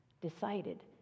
decided